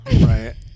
right